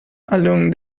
along